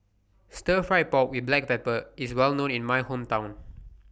Stir Fried Pork with Black Pepper IS Well known in My Hometown